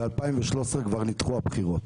ב-2013 כבר נדחו הבחירות,